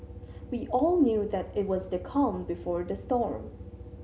we all knew that it was the calm before the storm